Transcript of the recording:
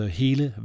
hele